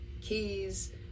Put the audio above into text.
keys